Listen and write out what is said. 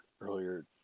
earlier